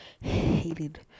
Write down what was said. hated